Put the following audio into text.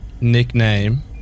nickname